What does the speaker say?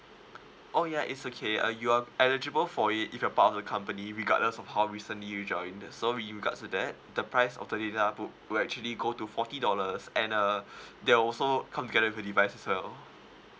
oh ya it's okay uh you are eligible for it if you're part of the company regardless of how recently you join in this so with regards to that the price of the data would will actually go to forty dollars and uh that'll also come together with a device as well